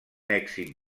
èxit